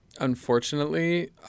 Unfortunately